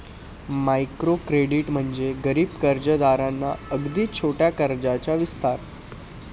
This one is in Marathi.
मायक्रो क्रेडिट म्हणजे गरीब कर्जदारांना अगदी छोट्या कर्जाचा विस्तार